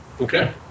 Okay